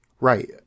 Right